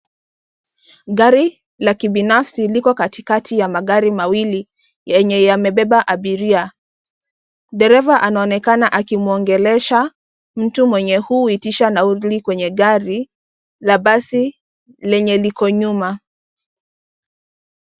Gari la kibinafsi liko katikati ya magari mawili yenye yamebeba abiria. Dereva anaonekana akimwongelesha mtu mwenye huitisha nauli kwenye gari la basi lenye liko nyuma.